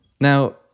Now